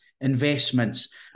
investments